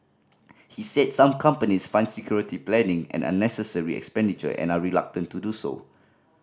he said some companies find security planning an unnecessary expenditure and are reluctant to do so